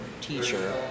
teacher